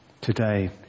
today